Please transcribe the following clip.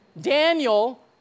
Daniel